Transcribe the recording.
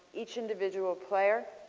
each individual player.